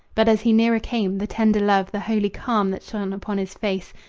but as he nearer came, the tender love, the holy calm that shone upon his face,